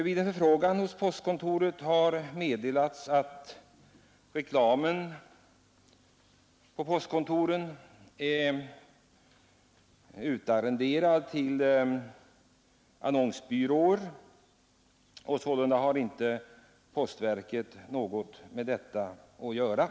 Vid en förfrågan hos postverket har meddelats att reklamen på postkontoren är utarrenderad till annonsbyråer och att postverket sålunda inte har något med detta att göra.